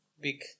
big